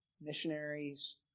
Missionaries